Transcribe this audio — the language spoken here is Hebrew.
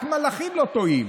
רק מלאכים לא טועים.